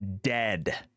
dead